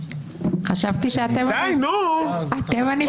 לפי הנחיות של היועצים המשפטיים הקודמים